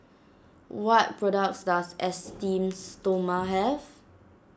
what products does Esteem Stoma have